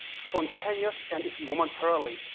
spontaneous and it's momentarily.